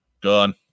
gone